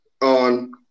on